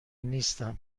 نیستم